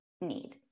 need